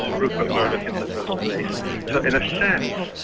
um rupert murdoch in the first place. so in a sense,